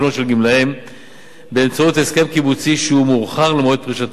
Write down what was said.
גמלאים באמצעות הסכם קיבוצי שהוא מאוחר למועד פרישתם.